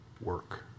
work